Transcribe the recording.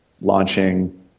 launching